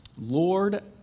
Lord